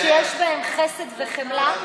לאנשים שיש בהם חסד וחמלה,